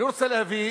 אני רוצה להביא